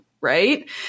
right